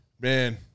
man